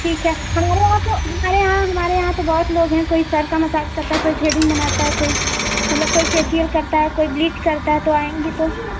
ठीक है हमारे यहाँ आपको हमारे यहाँ हमारे यहाँ तो बहुत लोग हैं कोई सर का मसाज करता है कोई थ्रेडिंग बनाता है कोई मतलब कोई फेसियल करता है कोई ब्लीच करता है तो आएँगी तो